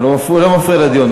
הוא לא מפריע לדיון.